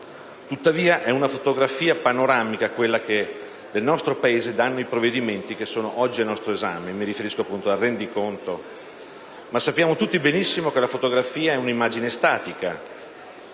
rendita. È una fotografia panoramica quella che del nostro Paese danno i provvedimenti oggi al nostro esame (e mi riferisco al rendiconto). Ma sappiamo tutti benissimo che la fotografia è un'immagine statica,